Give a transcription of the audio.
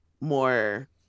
more